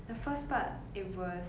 the first part it was